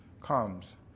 comes